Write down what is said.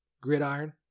Gridiron